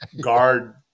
guard